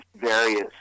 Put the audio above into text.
various